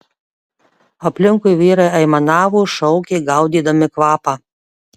aplinkui vyrai aimanavo šaukė gaudydami kvapą